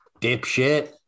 dipshit